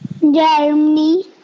Germany